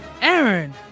Aaron